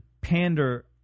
pander